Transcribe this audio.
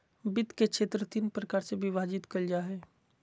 वित्त के क्षेत्र तीन प्रकार से विभाजित कइल जा हइ